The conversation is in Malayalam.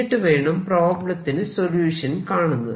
എന്നിട്ടു വേണം പ്രോബ്ളത്തിന് സൊല്യൂഷൻ കാണുന്നത്